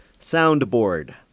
soundboard